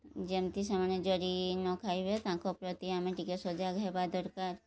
ଯେମିତି ସେମାନେ ଜରି ନ ଖାଇବେ ତାଙ୍କ ପ୍ରତି ଆମେ ଟିକିଏ ସଜାଗ ହେବା ଦରକାର